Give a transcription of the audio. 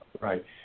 Right